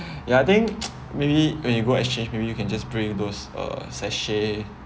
ya I think maybe when you go exchange maybe you can just bring those uh sachet